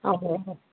ଓ ହୋ ହଉ